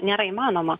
nėra įmanoma